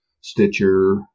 Stitcher